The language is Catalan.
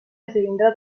esdevindrà